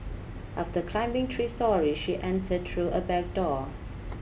after climbing three storey she enter through a back door